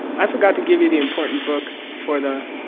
i forgot to give you the important book for the